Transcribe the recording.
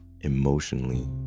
emotionally